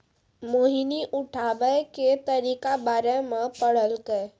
मोहिनी उठाबै के तरीका बारे मे पढ़लकै